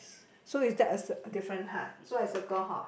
so is that a s~ different !huh! so I circle hor